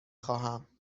خواهم